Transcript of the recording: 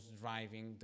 driving